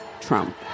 Trump